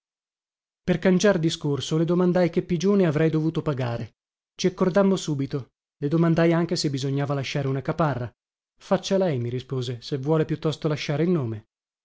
mesi per cangiar discorso le domandai che pigione avrei dovuto pagare ci accordammo subito le domandai anche se bisognava lasciare una caparra faccia lei mi rispose se vuole piuttosto lasciare il nome